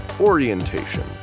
orientation